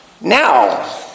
Now